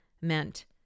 meant